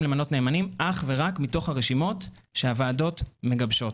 למנות נאמנים רק מתוך הרשימות שהוועדות מגבשות.